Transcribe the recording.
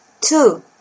Two